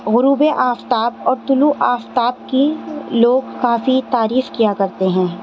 غروب آفتاب اور طلوع آفتاب کی لوگ کافی تعریف کیا کرتے ہیں